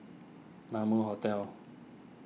Naumi Hotel